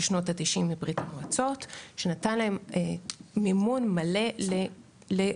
שנות ה-90' מברית המועצות שנתן להם מימון מלא להעסקה.